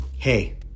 Hey